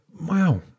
Wow